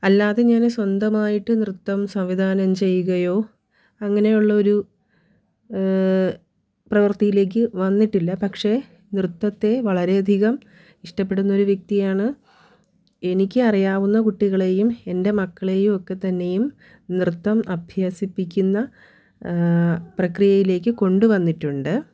അല്ലാതെ ഞാൻ സ്വന്തമായിട്ട് നൃത്തം സംവിധാനം ചെയ്യുകയോ അങ്ങനെ ഉള്ള ഒരു പ്രവർത്തിയിലേക്ക് വന്നിട്ടില്ല പക്ഷേ നൃത്തത്തെ വളരെയധികം ഇഷ്ടപ്പെടുന്ന ഒരു വ്യക്തിയാണ് എനിക്ക് അറിയാവുന്ന കുട്ടികളെയും എൻ്റെ മക്കളെയും ഒക്കെ തന്നെയും നൃത്തം അഭ്യസിപ്പിക്കുന്ന പ്രക്രിയയിലേക്ക് കൊണ്ട് വന്നിട്ടുണ്ട്